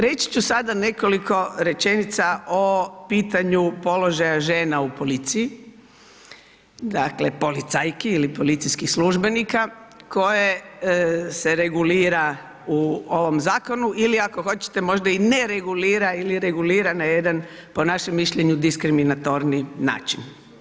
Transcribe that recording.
Reći ću sada nekoliko rečenica o pitanju položaja žena u policiji, dakle, policajki ili policijskih službenika, koje se regulira u ovom zakonu ili ako hoćete možda i nereguliran ili regulira na jedan po našem mišljenju diskriminatorni način.